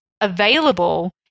available